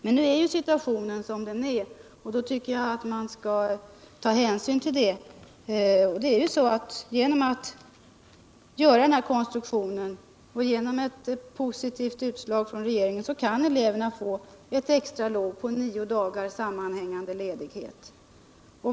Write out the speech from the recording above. Men nu är situationen som den är, och då bör man genom den här konstruktionen och genom ett positivt utslag från regeringen kunna ge eleverna en extra nio dagars sammanhängande ledighet.